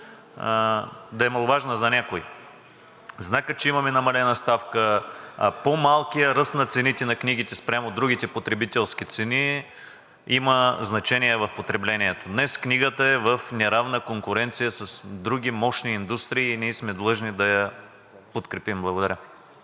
да е маловажна за някой, знакът, че имаме намалена ставка, по-малкият ръст на цените на книгите спрямо другите потребителски цени има значение в потреблението. Днес книгата е в неравна конкуренция с други мощни индустрии и ние сме длъжни да я подкрепим. Благодаря.